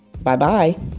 Bye-bye